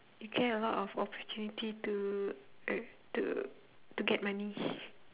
you get a lot of opportunity to uh to to get money